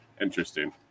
Interesting